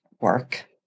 work